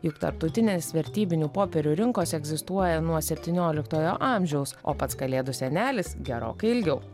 juk tarptautinės vertybinių popierių rinkos egzistuoja nuo septynioliktojo amžiaus o pats kalėdų senelis gerokai ilgiau